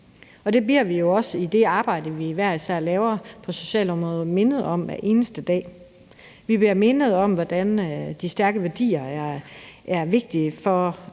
eneste dag i det arbejde, vi hver især laver på socialområdet. Vi bliver mindet om, hvordan de stærke værdier er vigtige for,